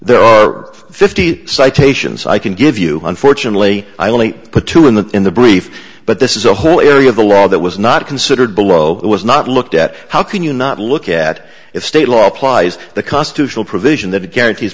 there are fifty citations i can give you unfortunately i only put two in the in the brief but this is a whole area of the law that was not considered below it was not looked at how can you not look at it state law applies the constitutional provision that guarantees